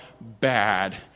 bad